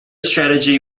strategy